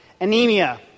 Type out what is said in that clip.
anemia